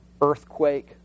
Earthquake